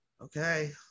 okay